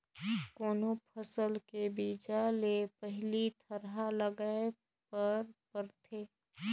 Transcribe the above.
कोनो फसल के बीजा ले पहिली थरहा लगाए बर परथे